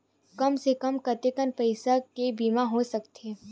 कम से कम कतेकन पईसा के बीमा हो सकथे?